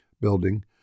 building